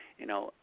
you know,